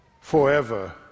forever